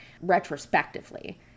retrospectively